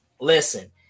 listen